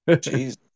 jesus